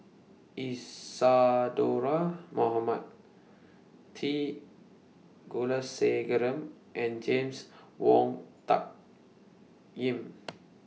Isadhora Mohamed T Kulasekaram and James Wong Tuck Yim